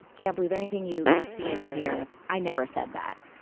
can't believe anything you you see and hear. i never said that.